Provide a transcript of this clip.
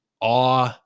awe